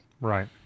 Right